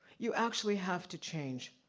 you actually have to change.